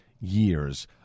years